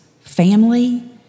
family